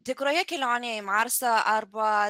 tikroje kelionėje į marsą arba